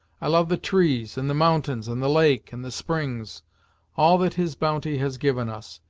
i love the trees, and the mountains, and the lake, and the springs all that his bounty has given us,